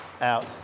out